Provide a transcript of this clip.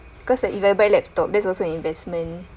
cause like even buy laptop there's also investment